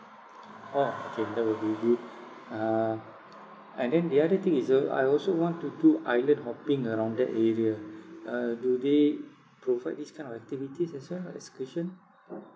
orh okay that will be good uh uh then the other thing is so I also want to do island hopping around that area uh do they provide these kind of activities as well like excursion